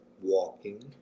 walking